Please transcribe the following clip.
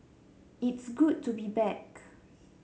it's good to be back